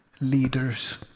Leaders